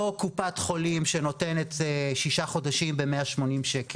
לא קופת חולים שנותנת שישה חודשים ב-180 ₪.